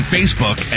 Facebook